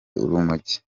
urumogi